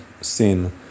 sin